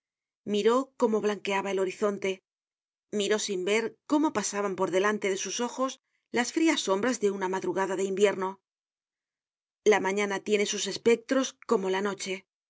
miró cómo blanqueaba el horizonte miró sin ver cómo pasaban por delante de sus ojos las frias sombras de una madrugada de invierno la mañana tiene sus espectros como la noche